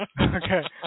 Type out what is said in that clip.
Okay